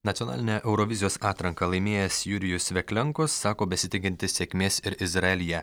nacionalinę eurovizijos atranką laimėjęs jurijus veklenko sako besitikintis sėkmės ir izraelyje